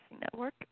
Network